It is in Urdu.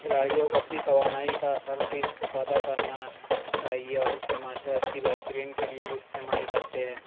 کھلاڑیوں کو اپنی توانائی کا صرفی استفادہ کرنا چاہیے اور اسے معاشرت کی بہترین کے لیے بھی استعمال کرتے ہیں